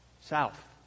South